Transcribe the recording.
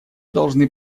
должны